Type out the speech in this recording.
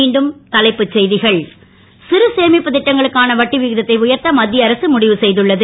மீண்டும் தலைப்புச் செ கள் சிறுசேமிப்புத் ட்டங்களுக்கான வட்டி விகிதத்தை உயர்த்த மத் ய அரசு முடிவு செ துள்ளது